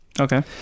Okay